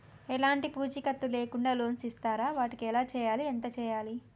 ఎలాంటి పూచీకత్తు లేకుండా లోన్స్ ఇస్తారా వాటికి ఎలా చేయాలి ఎంత చేయాలి?